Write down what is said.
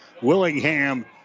Willingham